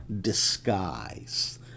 disguise